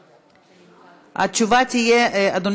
לפרוטוקול,